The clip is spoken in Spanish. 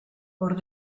por